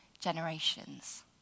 generations